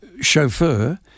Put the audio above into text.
chauffeur